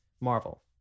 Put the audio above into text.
Marvel